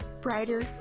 brighter